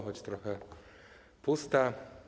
Choć trochę pusta.